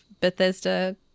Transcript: Bethesda